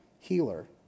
Healer